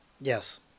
Yes